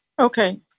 Okay